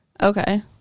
Okay